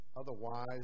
Otherwise